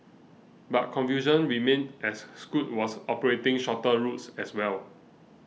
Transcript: but confusion remained as Scoot was operating shorter routes as well